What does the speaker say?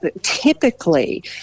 typically